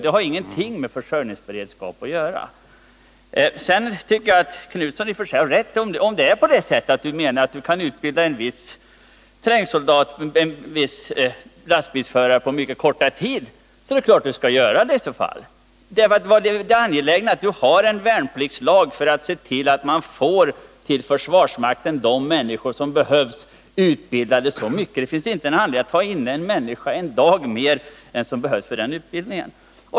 Det har ingenting med försörjningsberedskap att göra. Sedan tycker jag att Göthe Knutson i och för sig har rätt. Om en viss trängsoldat, en viss lastbilsförare kan utbildas på mycket kortare tid, är det klart att så skall ske. Det angelägna med värnpliktslagen är att man till försvarsmakten får de människor som behövs och att de får tillräcklig utbildning för sin uppgift. Det finns ingen anledning att kalla in en människa en dag mer än som behövs för en viss utbildning.